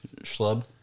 schlub